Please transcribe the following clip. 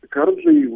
Currently